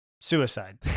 suicide